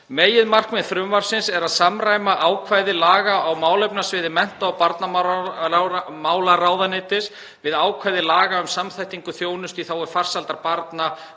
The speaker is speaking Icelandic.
Meginmarkmið frumvarpsins er að samræma ákvæði laga á málefnasviði mennta- og barnamálaráðuneytis við ákvæði laga um samþættingu þjónustu í þágu farsældar barna,